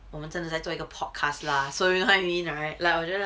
我们真的在做一个 podcast lah so you know what I mean right like 我觉得